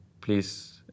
please